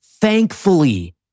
Thankfully